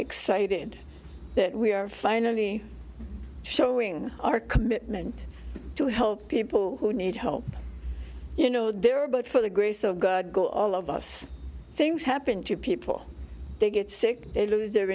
excited that we are finally showing our commitment to help people who need help you know there are but for the grace of god go all of us things happen to people they get sick they lose their